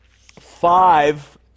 Five